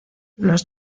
los